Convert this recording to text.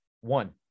One